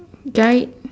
guide